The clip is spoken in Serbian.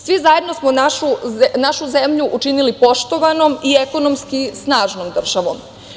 Svi zajedno smo našu zemlju učinili poštovanom i ekonomski snažnom državom.